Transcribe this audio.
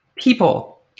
people